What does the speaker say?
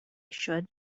should